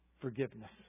forgiveness